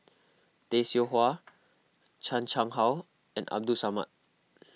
Tay Seow Huah Chan Chang How and Abdul Samad